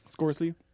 Scorsese